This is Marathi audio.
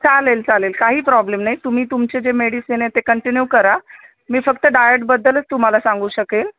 चालेल चालेल काही प्रॉब्लेम नाही तुम्ही तुमचे जे मेडिसिन आहे ते कंटिन्यू करा मी फक्त डाएटबद्दलच तुम्हाला सांगू शकेल